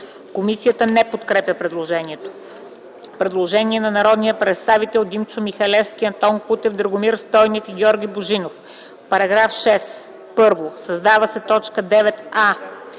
Комисията не подкрепя предложението. Предложение от народните представители Димчо Михалевски, Антон Кутев, Драгомир Стойнев и Георги Божинов по § 6: 1. Създава се т. 9а: